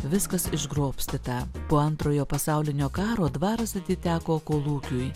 viskas išgrobstyta po antrojo pasaulinio karo dvaras atiteko kolūkiui